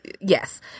Yes